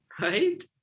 Right